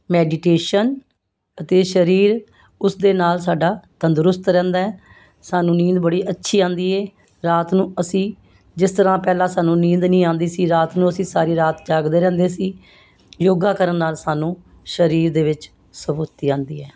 meditation ਅਤੇ ਸਰੀਰ ਉਸ ਦੇ ਨਾਲ ਸਾਡਾ ਤੰਦਰੁਸਤ ਰਹਿੰਦਾ ਸਾਨੂੰ ਨੀਂਦ ਬੜੀ ਅੱਛੀ ਆਉਂਦੀ ਹੈ ਰਾਤ ਨੂੰ ਅਸੀਂ ਜਿਸ ਤਰ੍ਹਾਂ ਪਹਿਲਾਂ ਸਾਨੂੰ ਨੀਂਦ ਨਹੀਂ ਆਉਂਦੀ ਸੀ ਰਾਤ ਨੂੰ ਅਸੀਂ ਸਾਰੀ ਰਾਤ ਜਾਗਦੇ ਰਹਿੰਦੇ ਸੀ ਯੋਗਾ ਕਰਨ ਨਾਲ ਸਾਨੂੰ ਸਰੀਰ ਦੇ ਵਿੱਚ ਸਫੁਰਤੀ ਆਉਂਦੀ ਹੈ